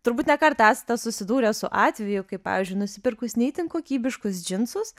turbūt ne kartą esate susidūrę su atveju kai pavyzdžiui nusipirkus ne itin kokybiškus džinsus